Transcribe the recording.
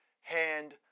hand